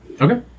Okay